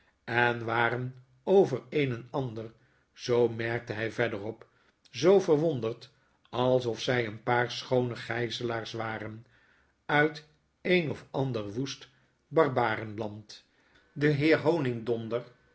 en waren over een en ander zoo merkte hy verder op zoo verwonderd alsof zy een paar schoone gijzelaars waren uit een of ander woest barbarenland de heer honigdonder